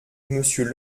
monsieur